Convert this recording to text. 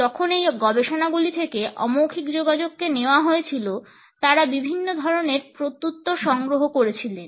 যখন এই গবেষণাগুলি থেকে অমৌখিক যোগাযোগকে নেওয়া হয়েছিল তারা বিভিন্ন ধরনের প্রত্যুত্তর সংগ্রহ করেছিলেন